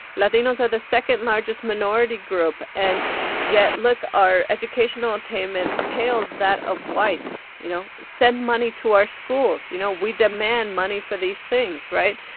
latinos are the second-largest minority group. and yet, look, our educational attainment pales that of whites, you know. send money to our schools. you know, we demand money for these things. right?